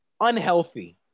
unhealthy